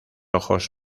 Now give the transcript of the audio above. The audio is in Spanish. ojos